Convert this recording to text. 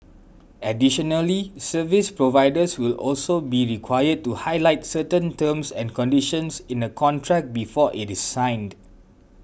additionally service providers will also be required to highlight certain terms and conditions in the contract before it is signed